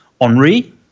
Henri